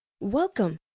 welcome